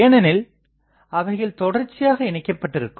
ஏனெனில் அவைகள் தொடர்ச்சியாக இணைக்கப்பட்டிருக்கும்